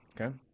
Okay